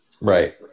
Right